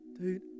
dude